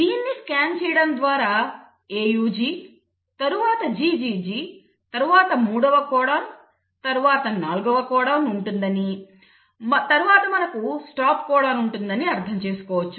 దీన్ని స్కాన్ చేయడం ద్వారా AUG తర్వాత GGG తర్వాత మూడవ కోడాన్ తర్వాత నాల్గవ కోడాన్ ఉంటుందని తరువాత మనకు స్టాప్ కోడాన్ ఉంటుందని అర్థం చేసుకోవచ్చు